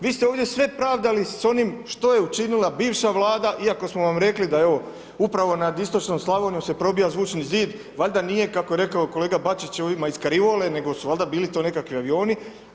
Vi ste ovdje sve pravdali s onim što je učinila bivša Vlada iako smo vam rekli da je evo, upravo nad istočnom Slavonijom se probija zvučni zid, valjda nije, kako je rekao kolega Bačić… [[Govornik se ne razumije]] iz kariole, nego su valjda to bili nekakvi avioni.